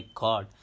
god